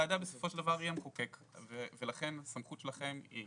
שהוועדה בסופו של דבר היא המחוקק ולכן הסמכות שלכם היא